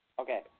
Okay